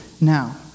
now